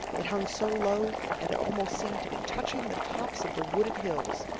it hung so low that it almost seemed to be touching the tops of the wooded hills.